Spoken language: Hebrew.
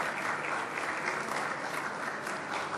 (מחיאות כפיים)